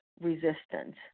resistance